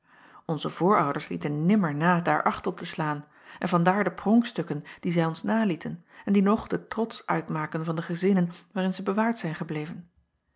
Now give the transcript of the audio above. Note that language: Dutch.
nze voorouders lieten nimmer na daar acht op te slaan en vandaar de pronkstukken die zij ons nalieten en die nog den trots uitmaken van de gezinnen waarin zij bewaard zijn gebleven